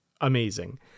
amazing